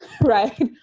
right